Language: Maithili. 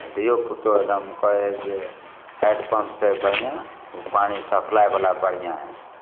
धियो पुतो एकदम कहै है जे हैडपम्प से बढ़िऑं पानि सप्लाय बला बढ़िऑं हइ